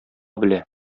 белә